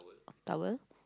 towel